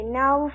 now